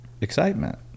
excitement